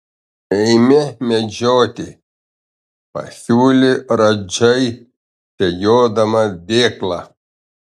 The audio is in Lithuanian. eime medžioti pasiūlė radžai segiodamas dėklą